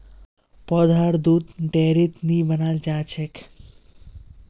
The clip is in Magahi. पौधार दुध डेयरीत नी बनाल जाछेक